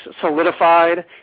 solidified